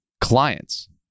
clients